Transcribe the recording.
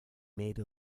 made